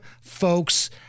folks